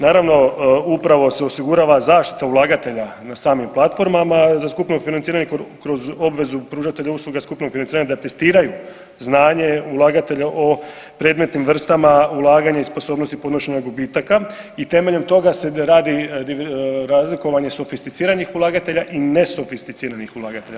Naravno upravo se osigurava zaštita ulagatelja na samim platformama za skupno financiranje kroz obvezu pružatelja usluga skupnog financiranja da testiraju znanje ulagatelja o predmetnim vrstama, ulaganje i sposobnosti podnošenja gubitaka i temeljem toga se radi razlikovanje sofisticiranih ulagatelja i nesofisticiranih ulagatelja.